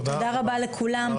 תודה רבה לכולם,